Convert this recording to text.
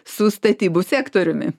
su statybų sektoriumi